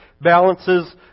balances